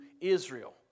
Israel